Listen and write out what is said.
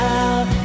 out